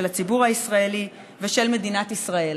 של הציבור הישראלי ושל מדינת ישראל.